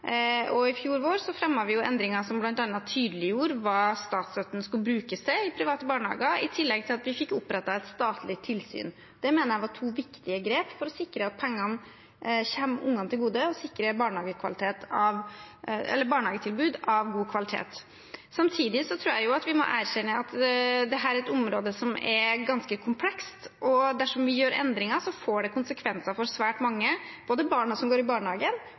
I fjor vår fremmet vi endringer som bl.a. tydeliggjorde hva statsstøtten skulle brukes til i private barnehager, i tillegg til at vi fikk opprettet et statlig tilsyn. Det mener jeg var to viktige grep for å sikre at pengene kommer ungene til gode og et barnehagetilbud av god kvalitet. Samtidig tror jeg vi må erkjenne at dette er et område som er ganske komplekst. Dersom vi gjør endringer, får det konsekvenser for svært mange, både for barna som går i barnehagen,